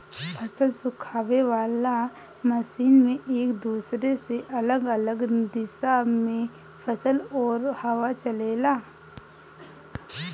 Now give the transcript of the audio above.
फसल सुखावे वाला मशीन में एक दूसरे से अलग अलग दिशा में फसल और हवा चलेला